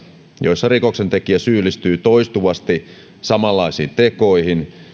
joissa rikoksentekijä syyllistyy toistuvasti samanlaisiin tekoihin